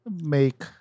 make